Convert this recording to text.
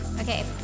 Okay